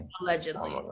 Allegedly